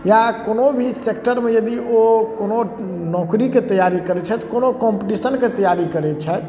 या कोनो भी सेक्टरमे यदि ओ कोनो नौकरीके तैआरी करै छथि कोनो कॉम्पीटिशनके तैआरी करै छथि